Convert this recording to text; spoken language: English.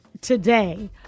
today